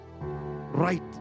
right